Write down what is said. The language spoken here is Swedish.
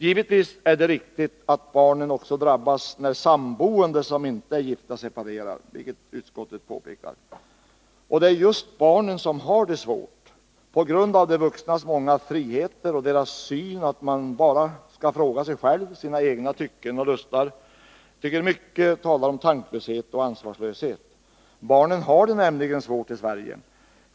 Givetvis är det riktigt att barnen också drabbas när samboende som inte är gifta separerar, vilket utskottet också påpekar. Det är just barnen som har det svårt på grund av de vuxnas många friheter och deras syn att man bara skall ta hänsyn till sig själv, sina egna tycken och lustar. Jag tycker att mycket talar om tanklöshet och ansvarslöshet. Barnen har det nämligen svårt i Sverige.